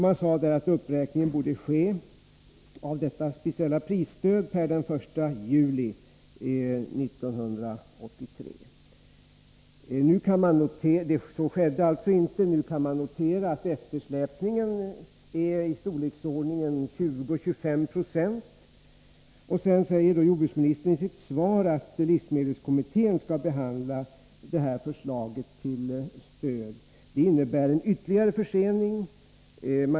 Man skrev att uppräkningen av detta speciella prisstöd borde ske per den 1 juli 1983. Så skedde alltså inte. Nu kan man notera att eftersläpningen ligger på 20-25 9. Jordbruksministern säger i sitt svar att livsmedelskommittén skall behandla det här förslaget till stöd. Det innebär en ytterligare försening.